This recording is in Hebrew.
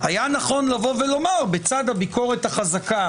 היה נכון לומר בצד הביקורת החזקה